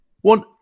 One